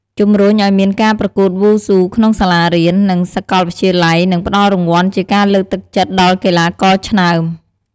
ជំរុញឲ្យមានការប្រកួតវ៉ូស៊ូក្នុងសាលារៀន និងសាកលវិទ្យាល័យនឹងផ្ដល់រង្វាន់ជាការលើកទឹកចិត្តដល់កីឡាករឆ្នើម។